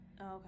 Okay